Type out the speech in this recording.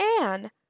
Anne